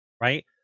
Right